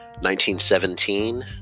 1917